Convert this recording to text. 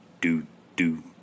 do-do